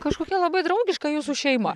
kažkokia labai draugiška jūsų šeima